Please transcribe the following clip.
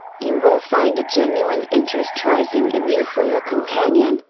you will find a genuine interest rising in you for your companion,